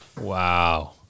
Wow